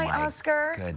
oscar!